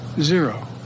Zero